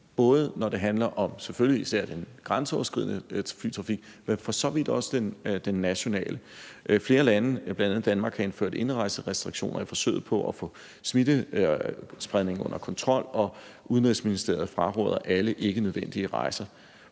især, når det handler om den grænseoverskridende flytrafik, men for så vidt også den nationale. Flere lande, bl.a. Danmark, har indført indrejserestriktioner i forsøget på at få smittespredningen under kontrol, og Udenrigsministeriet fraråder alle ikkenødvendige rejser.